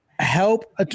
help